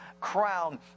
crown